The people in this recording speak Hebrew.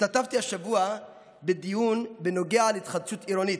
השתתפתי השבוע בדיון בנוגע להתחדשות עירונית,